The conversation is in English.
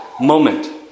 moment